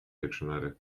dictionary